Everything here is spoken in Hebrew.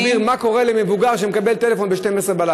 לא צריך להסביר מה קורה למבוגר שמקבל טלפון ב-24:00.